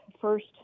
first